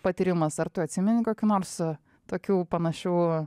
patyrimas ar tu atsimeni kokių nors tokių panašių